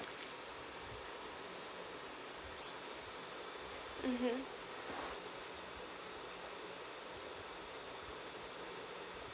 mmhmm